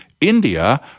India